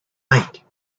night